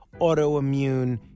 autoimmune